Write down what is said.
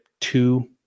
two